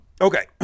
Okay